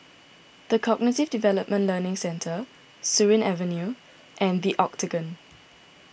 the Cognitive Development Learning Centre Surin Avenue and the Octagon